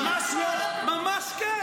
--- נכון, נכון.